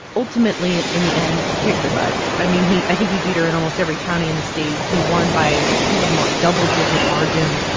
ultimately, in the end, he kicked her butt. i mean, he i think he beat her in almost every county in the state. he won by, i think, a double-digit margin.